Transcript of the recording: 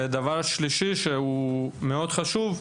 דבר שלישי שהוא מאוד חשוב,